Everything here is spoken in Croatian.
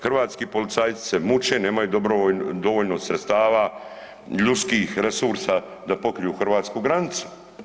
Hrvatski policajci se muče, nemaju dovoljno sredstava, ljudskih resursa da pokriju hrvatsku granicu.